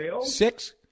six